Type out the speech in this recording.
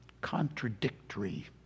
contradictory